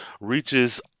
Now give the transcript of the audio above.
reaches